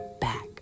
back